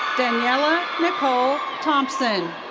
daniella nicole thompson.